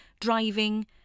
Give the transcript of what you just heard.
Driving